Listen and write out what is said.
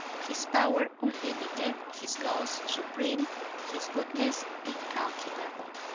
his power unlimited his laws supreme his goodness incalculable.